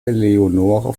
eleonore